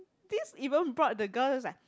this even brought the girl is like